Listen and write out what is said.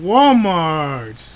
Walmart